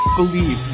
believe